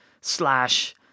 slash